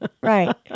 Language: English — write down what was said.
Right